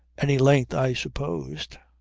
any length i supposed.